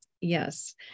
Yes